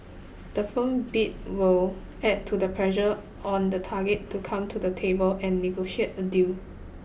the firm bid will add to the pressure on the target to come to the table and negotiate a deal